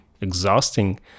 exhausting